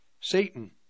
Satan